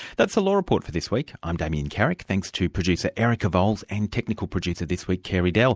that's the law report for this week. i'm damien carrick. thanks to producer erica vowles and technical producer this week, carey dell